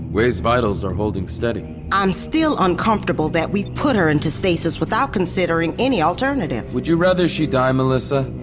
wei's vitals are holding steady i'm still uncomfortable that we put her into stasis without considering any alternative would you rather she die, melissa?